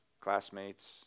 classmates